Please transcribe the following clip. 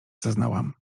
zaznałam